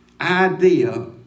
idea